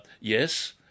yes